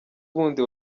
wundi